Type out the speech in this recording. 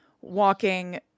walking